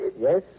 Yes